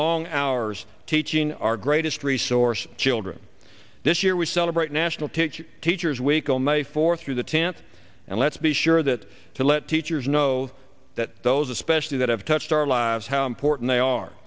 long hours teaching our greatest resource children this year we celebrate national ticket teachers week on may fourth through the tenth and let's be sure that to let teachers know that those especially that have touched our lives how important they are